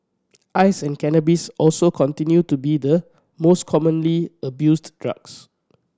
ice and cannabis also continue to be the most commonly abused drugs